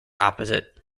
opposite